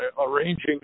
arranging